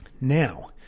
Now